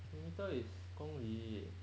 kilometre is 公里